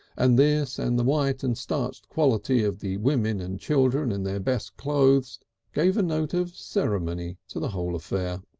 and this and the white and starched quality of the women and children in their best clothes gave a note of ceremony to the whole affair.